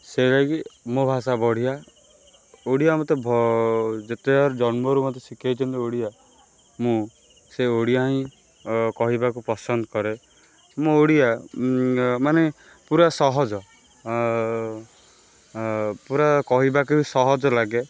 ସେ ଲାଗି ମୋ ଭାଷା ବଢ଼ିଆ ଓଡ଼ିଆ ମତେ ଯେତେ ଜନ୍ମରୁ ମତେ ଶିଖେଇଛନ୍ତି ଓଡ଼ିଆ ମୁଁ ସେ ଓଡ଼ିଆ ହିଁ କହିବାକୁ ପସନ୍ଦ କରେ ମୁଁ ଓଡ଼ିଆ ମାନେ ପୁରା ସହଜ ପୁରା କହିବାକୁ ବି ସହଜ ଲାଗେ